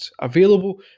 available